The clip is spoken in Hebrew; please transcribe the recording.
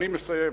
אני מסיים,